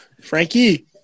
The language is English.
Frankie